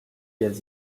gaz